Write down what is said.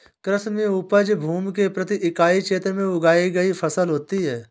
कृषि में उपज भूमि के प्रति इकाई क्षेत्र में उगाई गई फसल होती है